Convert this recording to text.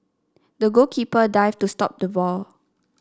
the goalkeeper dived to stop the ball